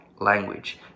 language